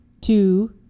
two